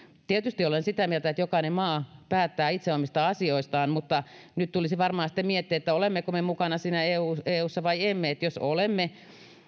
tietysti olen sitä mieltä että jokainen maa päättää itse omista asioistaan mutta nyt tulisi varmaan sitten miettiä olemmeko me mukana siinä eussa vai emme jos olemme